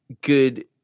good